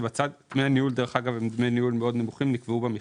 דרך אגב, דמי הניהול נמוכים מאוד והם נקבעו במכרז.